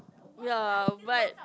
ya but